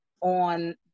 on